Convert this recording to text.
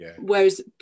Whereas